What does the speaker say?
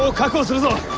so cockles as ah